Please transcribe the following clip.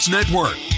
Network